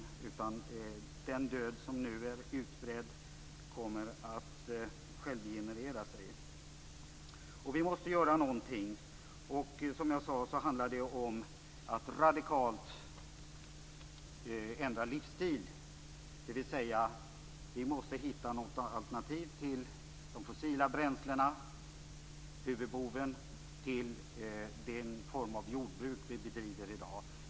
Den död som nu är utbredd kommer att självgenerera sig. Vi måste göra någonting. Som jag sade handlar det om att radikalt ändra livsstil. Vi måste hitta något alternativ till de fossila bränslena - huvudboven - och till den form av jordbruk som vi bedriver i dag.